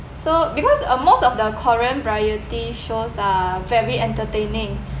so because uh most of the korean variety shows are very entertaining